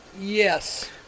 yes